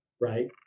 right